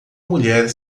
mulher